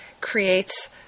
creates